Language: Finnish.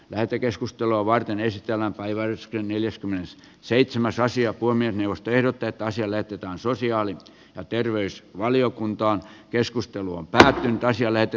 lähetekeskustelua varten esitelmän päiväys ja neljäskymmenes seitsemän raisio kolme lasta erotettaisi lepytään sosiaali ja terveysvaliokuntaa keskustelu on parhaiten taisi löytyä